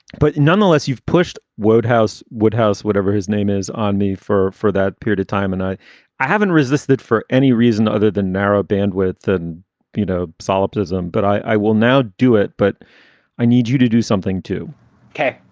but nonetheless, you've pushed wodehouse, woodhouse, whatever his name is on me for. for that period of time. and i i haven't resisted for any reason other than narrow bandwidth. you know, solipsism. but i will now do it. but i need you to do something to